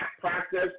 practice